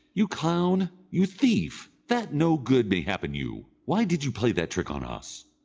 you clown, you thief, that no good may happen you! why did you play that trick on us?